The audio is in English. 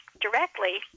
directly